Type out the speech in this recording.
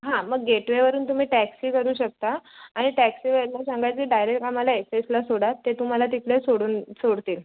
हां मग गेटवेवरुन तुम्ही टॅक्सी करू शकता आणि टॅक्सीवाल्याला सांगायचं डायरेक आम्हाला एसएसला सोडा ते तुम्हाला तिकडे सोडून सोडतील